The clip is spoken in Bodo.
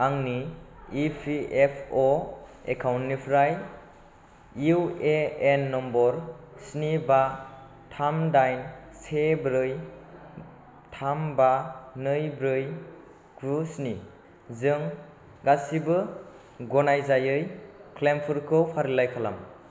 आंनि इपिएफअ एकाउन्टनिफ्राय इउएएन नम्बर स्नि बा थाम दाइन से ब्रै थाम बा नै ब्रै गु स्नि जों गासिबो गनायजायै क्लेइमफोरखौ फारिलाइ खालाम